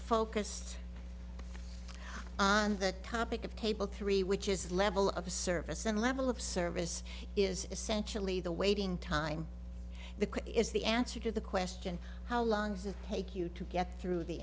focused on the topic of table three which is level of service and level of service is essentially the waiting time the is the answer to the question how long does it take you to get through the